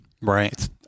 Right